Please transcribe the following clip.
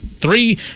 three